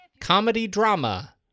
Comedy-drama